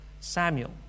Samuel